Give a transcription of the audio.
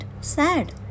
sad